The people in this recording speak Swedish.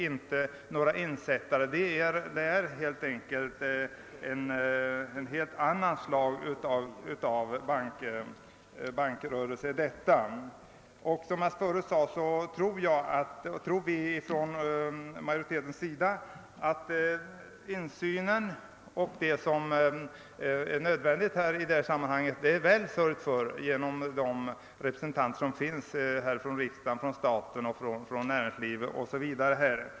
Investeringsbanken bedriver helt enkelt ett annat slag av bankrörelse än vanliga kreditinstitut. Som jag förut sade tror vi som tillhör majoriteten att det genom representanterna för staten, för näringslivets organisationer o.s.v. som sitter i styrelsen är väl sörjt för insynen.